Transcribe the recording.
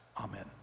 Amen